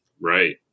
Right